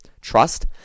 Trust